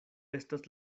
estas